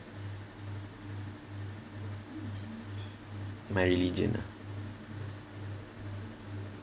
my religion ah